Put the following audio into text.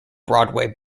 broadway